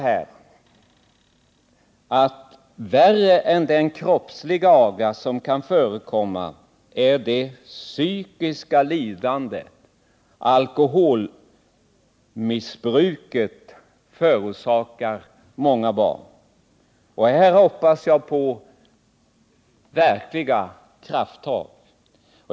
Men ännu värre än den kroppsliga aga som kan förekomma är det psykiska lidande som alkoholmissbruket förorsakar många barn. Här hoppas jag på verkliga krafttag.